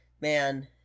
Man